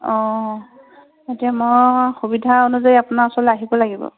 অঁ এতিয়া মই সুবিধা অনুযায়ী আপোনাৰ ওচৰলৈ আহিব লাগিব